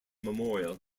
memorial